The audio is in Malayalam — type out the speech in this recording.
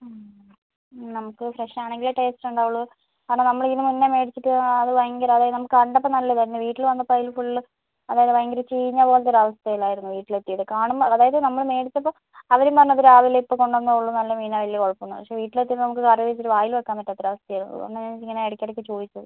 ഹ്മ് നമുക്ക് ഫ്രഷ് ആണെങ്കിലേ ടേസ്റ്റ് ഉണ്ടാവുകയുള്ളു കാരണം നമ്മൾ ഇതിന് മുന്നേ മേടിച്ചിട്ട് അത് ഭയങ്കരം അതായത് നമ്മള് കണ്ടപ്പോൾ നല്ലത് ആയിരുന്നു വീട്ടില് വന്നപ്പോൾ അതില് ഫുള്ള് അതായത് ഭയങ്കരം ചീഞ്ഞ പോലത്തെ ഒരു അവസ്ഥയിൽ ആയിരുന്നു വീട്ടില് എത്തിയത് കാണുമ്പോൾ അതായത് നമ്മള് മേടിച്ചപ്പോൾ അവരും പറഞ്ഞത് രാവിലെ ഇപ്പോൾ കൊണ്ടുവന്നതെ ഉള്ളൂ നല്ല മീനാണ് വലിയ കുഴപ്പം ഇല്ല പക്ഷെ വീട്ടിൽ എത്തിയിട്ട് നമുക്ക് കറി വെച്ചിട്ട് വായില് വെക്കാൻ പറ്റാത്ത ഒരു അവസ്ഥ ആയിരുന്നു അതുകൊണ്ടാണ് ഞാൻ ഇങ്ങനെ ഇടയ്ക്ക് ഇടയ്ക്ക് ചോദിച്ചത്